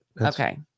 Okay